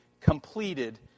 completed